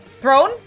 throne